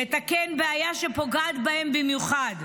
ולתקן בעיה שפוגעת בהם במיוחד.